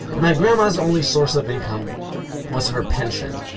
and my grandma's only source of income was her pension.